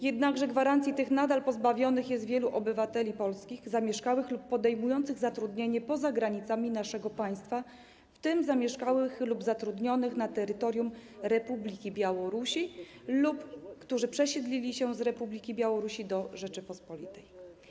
Jednakże gwarancji tych nadal pozbawionych jest wielu polskich obywateli zamieszkałych lub podejmujących zatrudnienie poza granicami naszego państwa, w tym zamieszkałych lub zatrudnionych na terytorium Republiki Białorusi, lub tych, którzy przesiedlili się z Republiki Białorusi do Rzeczypospolitej.